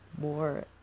more